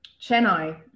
Chennai